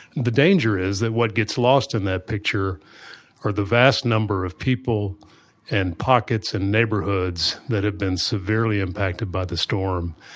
the danger is that what gets lost in that picture are the vast number of people and pockets and neighborhoods that have been severely impacted by the storm.